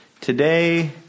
Today